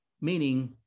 meaning